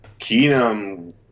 Keenum